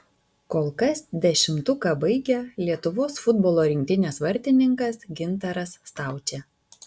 kol kas dešimtuką baigia lietuvos futbolo rinktinės vartininkas gintaras staučė